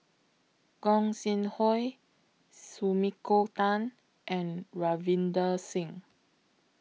Gog Sing Hooi Sumiko Tan and Ravinder Singh